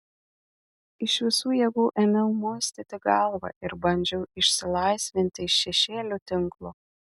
iš visų jėgų ėmiau muistyti galvą ir bandžiau išsilaisvinti iš šešėlių tinklo